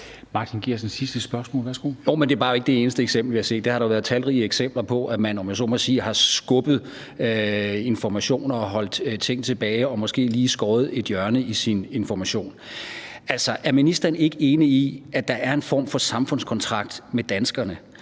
Martin Geertsen (V): Jo, men det er bare ikke det eneste eksempel, vi har set. Der har været talrige eksempler på, at man, om jeg så må sige, har skubbet informationer og holdt ting tilbage og måske lige skåret et hjørne i sin information. Altså, er ministeren ikke enig i, at der er en form for samfundskontrakt med danskerne?